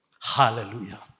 Hallelujah